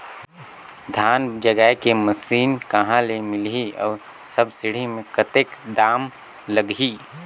धान जगाय के मशीन कहा ले मिलही अउ सब्सिडी मे कतेक दाम लगही?